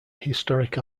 historic